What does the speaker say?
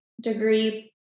degree